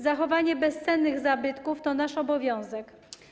Zachowanie bezcennych zabytków to nasz obowiązek.